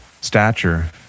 stature